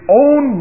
own